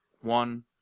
one